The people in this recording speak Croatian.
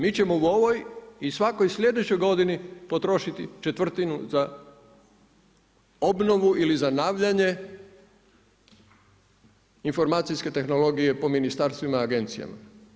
Mi ćemo u ovoj i svakoj sljedećoj godini potrošiti četvrtinu za obnovu ili zanavljanje informacijske tehnologije po ministarstvima i agencijama.